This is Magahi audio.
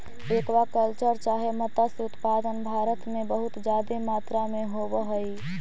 एक्वा कल्चर चाहे मत्स्य उत्पादन भारत में बहुत जादे मात्रा में होब हई